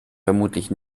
vermutlich